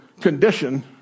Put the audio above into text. condition